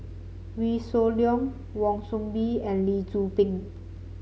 Wee Shoo Leong Wan Soon Bee and Lee Tzu Pheng